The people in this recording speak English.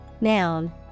Noun